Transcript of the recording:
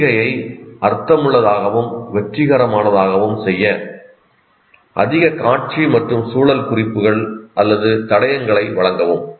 ஒத்திகையை அர்த்தமுள்ளதாகவும் வெற்றிகரமாகவும் செய்ய அதிக காட்சி மற்றும் சூழல் குறிப்புகள் அல்லது தடயங்களை வழங்கவும்